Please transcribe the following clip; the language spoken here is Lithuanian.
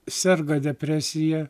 serga depresija